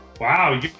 wow